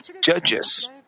judges